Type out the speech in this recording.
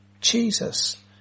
Jesus